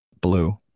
Blue